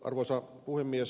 arvoisa puhemies